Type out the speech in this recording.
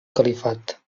califat